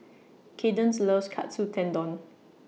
Kadence loves Katsu Tendon